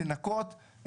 לנכות,